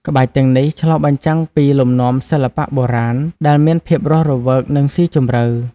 ក្បាច់ទាំងនេះឆ្លុះបញ្ចាំងពីលំនាំសិល្បៈបុរាណ ដែលមានភាពរស់រវើក និងស៊ីជម្រៅ។